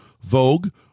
Vogue